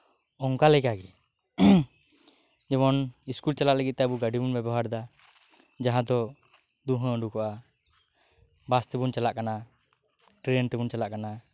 ᱚᱱᱠᱟ ᱞᱮᱠᱟᱜᱮ ᱡᱮᱢᱚᱱ ᱤᱥᱠᱩᱞ ᱪᱟᱞᱟᱜ ᱞᱟᱹᱜᱤᱫ ᱛᱮ ᱟᱵ ᱜᱟᱹᱰᱤᱵᱚᱱ ᱵᱮᱵᱚᱦᱟᱨ ᱮᱫᱟ ᱡᱟᱦᱟᱸ ᱫᱚ ᱫᱩᱸᱦᱟᱹ ᱩᱰᱩᱠᱚᱜᱼᱟ ᱵᱟᱥᱛᱮᱵᱚᱱ ᱪᱟᱞᱟᱜ ᱠᱟᱱᱟ ᱴᱨᱮᱱ ᱛᱮᱵᱚᱱ ᱪᱟᱞᱟᱜ ᱠᱟᱱᱟ